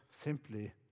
simply